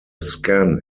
scan